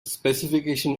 specification